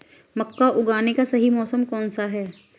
मक्का उगाने का सही मौसम कौनसा है?